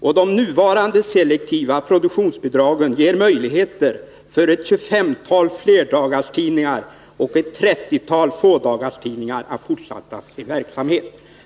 Och de nuvarande selektiva produktionsbidragen ger möjligheter för ett tjugofemtal flerdagarstidningar och ett trettiotal fådagarstidningar att fortsätta sin verksamhet.